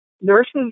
nurses